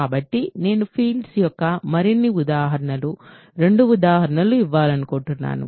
కాబట్టి నేను ఫీల్డ్స్ యొక్క మరిన్ని ఉదాహరణలు రెండు ఉదాహరణలు ఇవ్వాలనుకుంటున్నాను